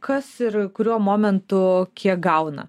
kas ir kuriuo momentu kiek gauna